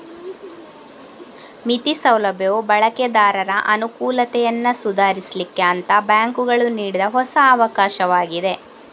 ಮಿತಿ ಸೌಲಭ್ಯವು ಬಳಕೆದಾರರ ಅನುಕೂಲತೆಯನ್ನ ಸುಧಾರಿಸ್ಲಿಕ್ಕೆ ಅಂತ ಬ್ಯಾಂಕುಗಳು ನೀಡಿದ ಹೊಸ ಅವಕಾಶವಾಗಿದೆ